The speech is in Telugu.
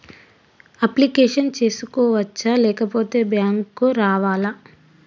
అప్లికేషన్ చేసుకోవచ్చా లేకపోతే బ్యాంకు రావాలా?